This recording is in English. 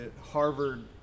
Harvard